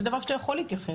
זה דבר שאתה יכול להתייחס.